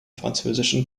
französischen